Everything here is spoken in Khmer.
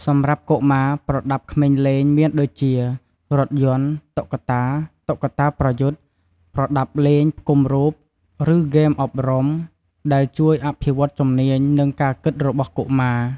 សម្រាប់កុមារប្រដាប់ក្មេងលេងមានដូចជា រថយន្ត តុក្កតា តុក្កតាប្រយុទ្ធ ប្រដាប់លេងផ្គុំរូប ឬហ្គេមអប់រំ ដែលជួយអភិវឌ្ឍជំនាញ និងការគិតរបស់កុមារ។